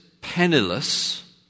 penniless